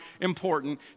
important